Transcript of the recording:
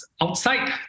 outside